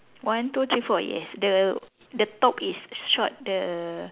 one two three four yes the the top is short the